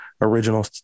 original